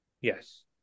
yes